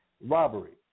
Robbery